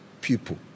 people